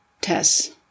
Tess